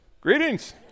Greetings